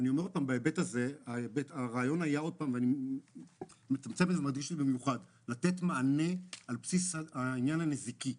אני מדגיש את זה במיוחד: הרעיון היה לתת מענה על בסיס העניין הנזיקי.